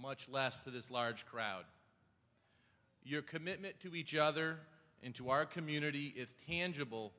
much less to this large crowd your commitment to each other into our community is tangible